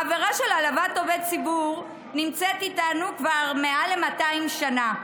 העבירה של העלבת עובד ציבור נמצאת איתנו כבר מעל ל-200 שנה,